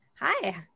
Hi